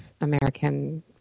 American